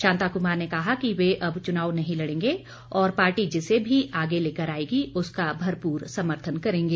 शांता कुमार ने कहा कि वे अब चुनाव नहीं लड़ेंगे और पार्टी जिसे भी आगे लेकर आएगी उसका भरपूर समर्थन करेंगे